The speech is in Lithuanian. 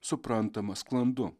suprantama sklandu